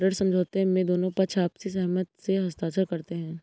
ऋण समझौते में दोनों पक्ष आपसी सहमति से हस्ताक्षर करते हैं